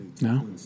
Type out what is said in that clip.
No